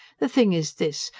the thing is this.